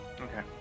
Okay